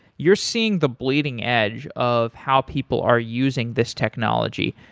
you're seeing the bleeding edge of how people are using this technology.